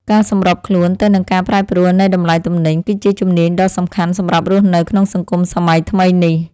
ការសម្របខ្លួនទៅនឹងការប្រែប្រួលនៃតម្លៃទំនិញ គឺជាជំនាញដ៏សំខាន់សម្រាប់រស់នៅក្នុងសង្គមសម័យថ្មីនេះ។